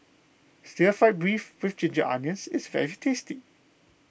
Stir Fried Beef with Ginger Onions is very tasty